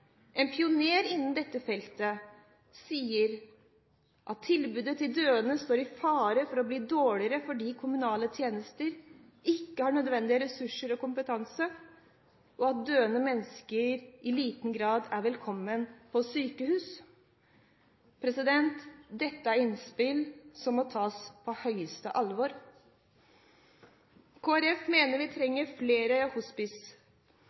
en pioner innen dette feltet, sier at tilbudet til døende står i fare for å bli dårligere fordi kommunale tjenester ikke har de nødvendige ressurser og den nødvendige kompetanse, og at døende mennesker i liten grad er velkomne på sykehus, er det innspill som må tas på høyeste alvor. Kristelig Folkeparti mener vi